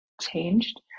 changed